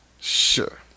sure